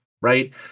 right